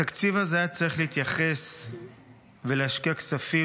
התקציב הזה היה צריך להתייחס ולהשקיע כספים